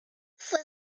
fue